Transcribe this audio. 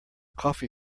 coffee